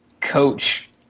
coach